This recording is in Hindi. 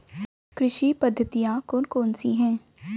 कृषि पद्धतियाँ कौन कौन सी हैं?